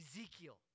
Ezekiel